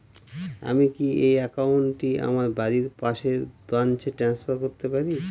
আমি কি এই একাউন্ট টি আমার বাড়ির পাশের ব্রাঞ্চে ট্রান্সফার করতে পারি?